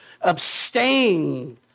abstain